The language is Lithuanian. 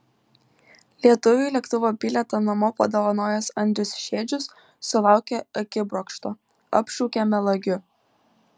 lietuviui lėktuvo bilietą namo padovanojęs andrius šedžius sulaukė akibrokšto apšaukė melagiu